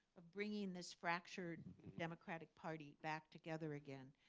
of bringing this fractured democratic party back together again.